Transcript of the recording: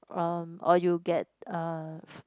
um or you get uh